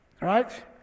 right